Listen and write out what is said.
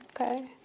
Okay